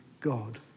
God